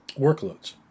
workloads